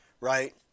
right